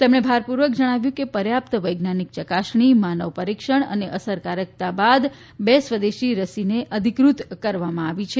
તેમણે ભારપૂર્વક જણાવ્યું કે પર્યાપ્ત વૈજ્ઞાનિક યકાસણી માનવ પરીક્ષણ અને અસરકારકતા બાદ બે સ્વદેશી રસીને અધિકૃત કરવામાં આવી છે